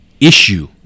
issue